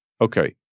Okay